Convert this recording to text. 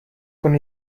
con